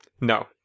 No